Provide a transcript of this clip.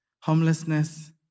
homelessness